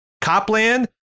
Copland